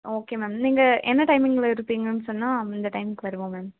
ஆ okay ma'am நீங்கள் என்ன டைமிங்கில் இருப்பிங்கனு சொன்னால் அந்த டைமுக்கு வருவோம் மேம்